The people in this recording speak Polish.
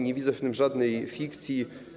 Nie widzę w tym żadnej fikcji.